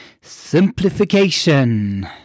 simplification